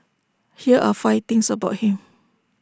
here are five things about him